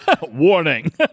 Warning